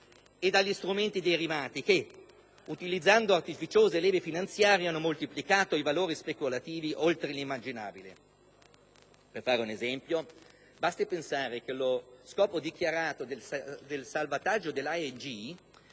e dagli strumenti derivati, che, utilizzando artificiose leve finanziarie, hanno moltiplicato i valori speculativi oltre l'immaginabile. Per fare un esempio, basti pensare che lo scopo dichiarato del salvataggio della